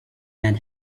man